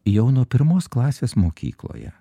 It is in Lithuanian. jau nuo pirmos klasės mokykloje